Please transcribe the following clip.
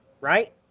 right